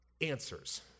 Answers